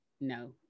No